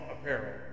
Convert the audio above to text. apparel